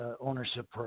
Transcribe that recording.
ownership